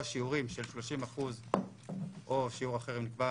שיעורים של 30% או שיעור אחר שנקבע